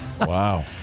Wow